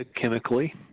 chemically